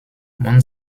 man